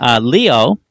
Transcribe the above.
Leo